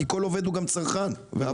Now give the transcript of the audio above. כי כל עובד הוא גם צרכן והפוך.